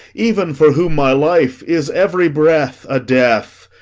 even for whom my life is every breath a death.